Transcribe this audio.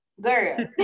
girl